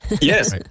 yes